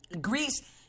Greece